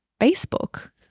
Facebook